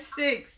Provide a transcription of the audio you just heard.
six